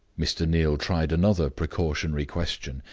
mr. neal tried another precautionary question,